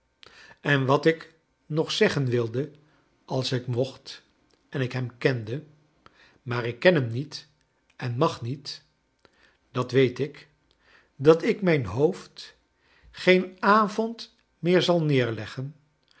en wat ik nog zeggen wilde als ik mocht en ik hem kende inaar ik ken hem niet en mag j niet dat weet ik dat ik mijn j hoofd geen avond meer zal neerleg